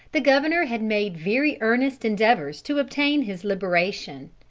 the governor had made very earnest endeavors to obtain his liberation.